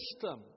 system